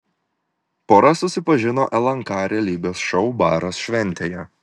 pora susipažino lnk realybės šou baras šventėje